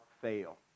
fail